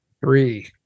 Three